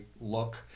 look